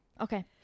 Okay